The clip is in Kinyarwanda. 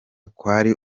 kwari